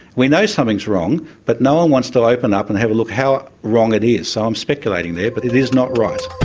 we know something's wrong, but no one wants to open up and have a look how wrong it is. so i'm speculating there, but it is not right.